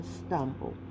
stumble